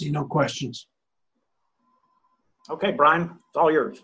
you know questions ok brian all yours